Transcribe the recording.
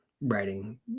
writing